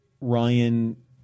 Ryan